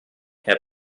herr